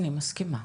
אני מסכימה.